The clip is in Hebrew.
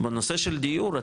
בנושא של דיור,